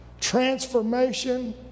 transformation